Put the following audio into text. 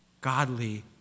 godly